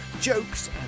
jokes